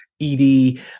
ED